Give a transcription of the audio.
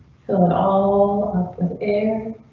so it all up with air.